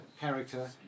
character